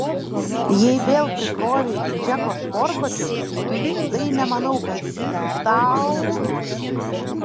jei vėl prikrovei į džeko sportbačius tai nemanau kad jis tau